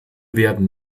werden